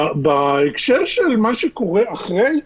בהקשר של מה שקורה אחרי,